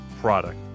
product